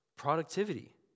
Productivity